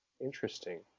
interesting